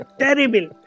terrible